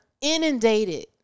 inundated